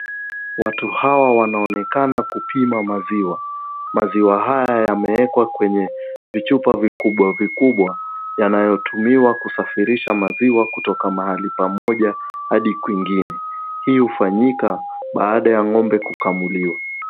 Watu hawa wanaonekana kupima maziwa. Maziwa haya yamewekwa kwenye vichupa vikubwa vikubwa ,yanayotumiwa kusafirisha maziwa kutoka mahali pamoja hadi kwingine. Hii hufanyika baada ya ng'ombe kukamuliwa.